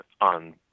on